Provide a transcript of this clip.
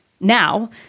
Now